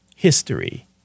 history